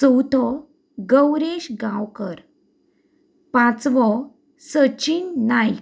चवथो गौरेश गांवकर पांचवो सचिन नायक